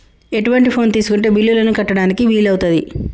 ఎటువంటి ఫోన్ తీసుకుంటే బిల్లులను కట్టడానికి వీలవుతది?